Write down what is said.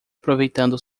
aproveitando